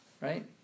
right